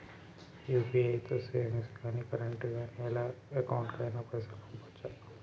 UPI తో savings గాని current గాని ఇలా ఏ అకౌంట్ కైనా పైసల్ పంపొచ్చా?